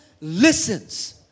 listens